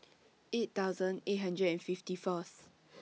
eight thousand eight hundred and fifty First